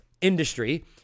industry